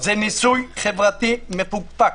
זה ניסוי חברתי מפוקפק.